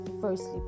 firstly